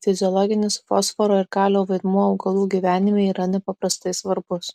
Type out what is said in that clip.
fiziologinis fosforo ir kalio vaidmuo augalų gyvenime yra nepaprastai svarbus